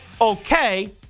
okay